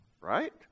right